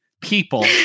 people